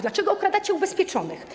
Dlaczego okradacie ubezpieczonych?